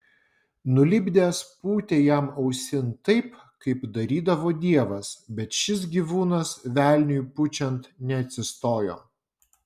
nulipdęs pūtė jam ausin taip kaip darydavo dievas bet šis gyvūnas velniui pučiant neatsistojo